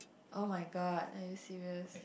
[oh]-my-god are you serious